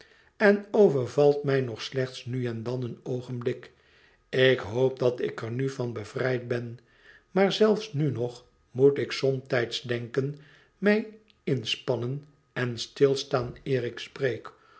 en overvalt mij nog slechts na en dan een oogenblik ik hoop dat ik er nu vao bevrijd ben maar zelfs nu nog moet ik somtijds denken mij inspannen en stilstaan eer ik spreek